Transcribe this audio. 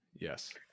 Yes